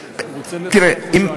תראה,